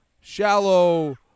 Shallow